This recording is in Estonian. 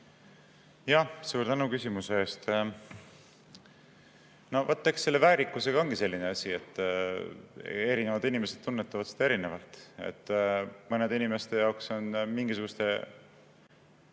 hoitud. Suur tänu küsimuse eest! Vaat, eks selle väärikusega ongi selline asi, et erinevad inimesed tunnetavad seda erinevalt. Mõnede inimeste jaoks on mingisuguste